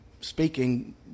speaking